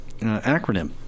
acronym